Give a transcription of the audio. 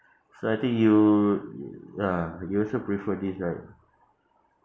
so I think you ah you also prefer this right